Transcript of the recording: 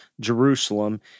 Jerusalem